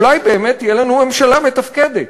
אולי באמת תהיה לנו ממשלה מתפקדת,